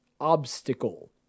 obstacle